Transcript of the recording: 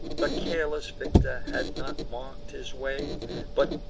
the careless victor had not mark'd his way but,